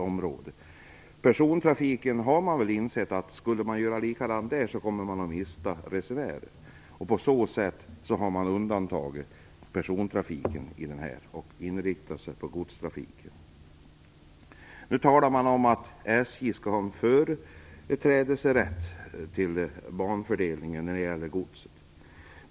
När det gäller persontrafiken har man väl insett att om man skulle göra likadant skulle man mista resenärer. Därför har man undantagit persontrafiken och inriktat sig på godstrafiken. Nu talar man om att SJ skall få en företrädesrätt till banfördelningen när det gäller godset.